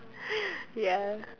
ya